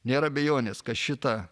nėra abejonės kad šitą